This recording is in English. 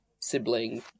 Sibling